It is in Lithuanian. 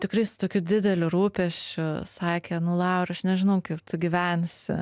tikrai su tokiu dideliu rūpesčiu sakė nu laura aš nežinau kaip tu gyvensi